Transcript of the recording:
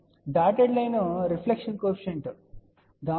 ఈ dotted line reflection coefficient Γ 0